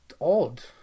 odd